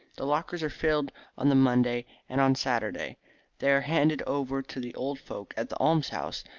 the lockers are filled on the monday, and on saturday they are handed over to the old folk at the alms-houses,